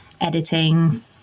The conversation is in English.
editing